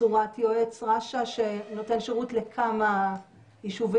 בצורת יועץ רש"א שנותן שירות לכמה יישובים